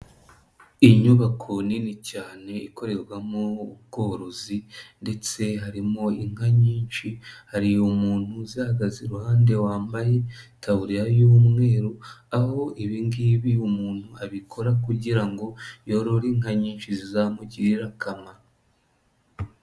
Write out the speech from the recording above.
Inyubako nini cyane ikorerwamo ubworozi ndetse harimo inka nyinshi, hari umuntu uzihagaze iruhande wambaye itaburiya y'umweru aho ibi ngibi umuntu abikora kugira ngo yorore inka nyinshi zizamugirira akamaro.